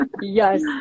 yes